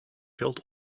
veld